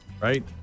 right